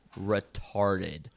retarded